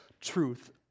truth